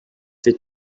fait